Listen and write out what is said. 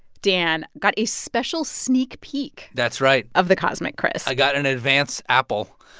dan, got a special sneak peek. that's right. of the cosmic crisp i got an advance apple